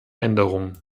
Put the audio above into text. änderung